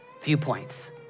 viewpoints